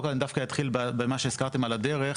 אני דווקא אתחיל במה שהזכרתם על הדרך,